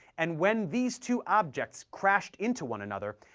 and when these two objects crashed into one another,